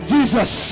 Jesus